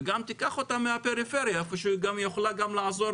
ותיקח אותה מהפריפריה, איפה שהיא גם יכולה לעזור